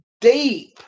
deep